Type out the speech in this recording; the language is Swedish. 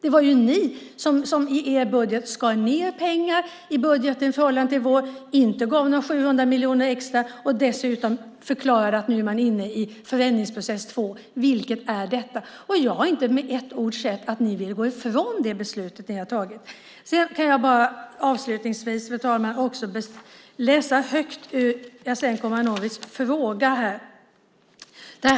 Det var ju ni som i er budget skar ned på pengarna i förhållande till vår budget. Ni gav inte några 700 miljoner extra. Dessutom förklarade ni att nu var man inne i förändringsprocess 2, vilket är detta. Jag har inte hört ett ord om att ni vill gå ifrån det beslut ni har fattat. Avslutningsvis, fru talman, ska jag läsa högt ur Jasenko Omanovics fråga.